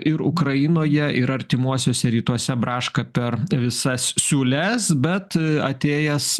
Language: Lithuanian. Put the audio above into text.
ir ukrainoje ir artimuosiuose rytuose braška per visas siūles bet atėjęs